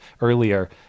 earlier